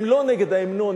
הם לא נגד ההמנון,